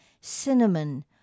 cinnamon